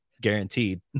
guaranteed